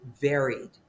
varied